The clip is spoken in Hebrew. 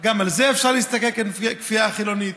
על זה אפשר להסתכל ככפייה חילונית.